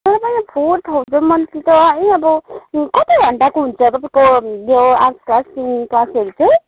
तर पनि four thousand monthly त है अब कति घन्टाको हुन्छ तपाईँको यो आर्ट्स क्लास सिङ्गिङ क्लासहरू चाहिँ